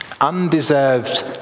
Undeserved